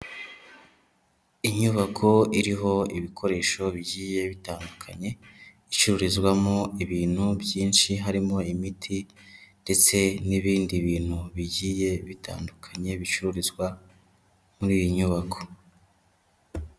Inyubako iriho ibikoresho bigiye bitandukanye, icurizwamo ibintu byinshi harimo imiti ndetse n'ibindi bintu bigiye bitandukanye bicururizwa muri iyi nyubako.